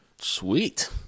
Sweet